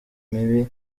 mibi